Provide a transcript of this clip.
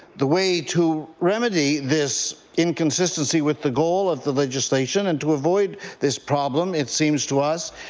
the way to remedy this inconsistency with the goal of the legislation and to avoid this problem, it seems to us,